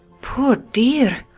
poor dear.